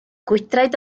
gwydraid